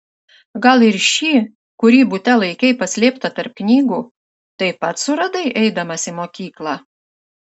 gal ir šį kurį bute laikei paslėptą tarp knygų taip pat suradai eidamas į mokyklą